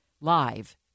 live